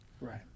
right